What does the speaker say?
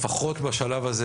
לפחות בשלב הזה.